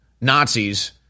Nazis